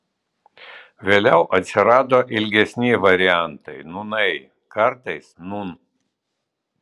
vėliau atsirado ilgesni variantai nūnai kartais nūn